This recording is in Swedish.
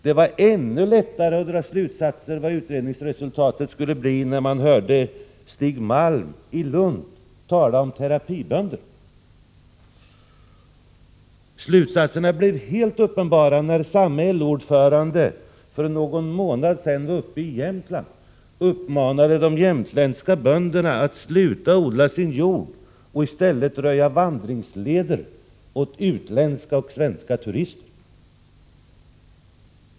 Det var ännu lättare att dra slutsatser om utredningens resultat, när man hörde Stig Malm i Lund tala om terapibönder. Slutsatsen blir helt uppenbar, när samme LO-ordförande för någon månad sedan i Jämtland uppmanade de jämtländska bönderna att sluta odla sin jord och i stället röja vandringsleder åt utländska och svenska turister.